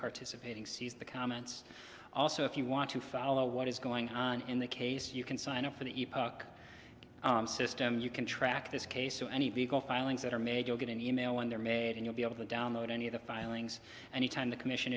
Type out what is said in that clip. participating sees the comments also if you want to follow what is going on in the case you can sign up for the e book system you can track this case to any vehicle filings that are made you'll get an e mail and they're made and you'll be able to download any of the filings and you tend to commission